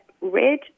red